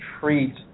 treat